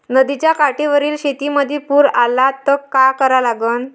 नदीच्या काठावरील शेतीमंदी पूर आला त का करा लागन?